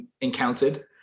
encountered